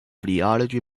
theology